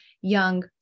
young